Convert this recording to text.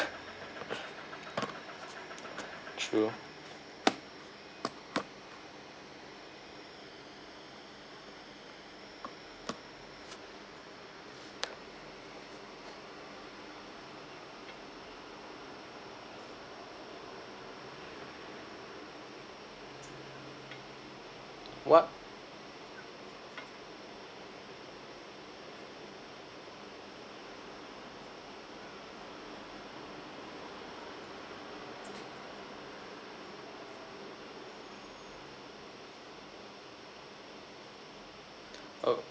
true what oh